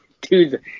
dude